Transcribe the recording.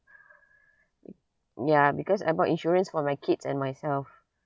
ya because I bought insurance for my kids and myself